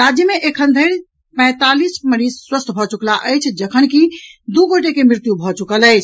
राज्य मे एखन धरि पौंतालीस मरीज स्वस्थ भऽ चुकलाह अछि जखनकि दू गोटे के मृत्यु भऽ चुकल अछि